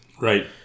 Right